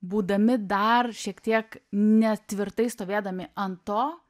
būdami dar šiek tiek netvirtai stovėdami ant to